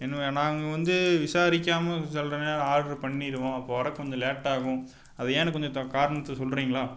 என்ன நாங்கள் வந்து விசாரிக்காமல் சொல்றாங்க ஆட்ரு பண்ணிடுவோம் அப்போ வர கொஞ்சம் லேட்டாகும் அது ஏன்னு கொஞ்சம் த காரணத்தை சொல்றீங்களா